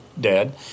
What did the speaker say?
dead